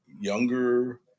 younger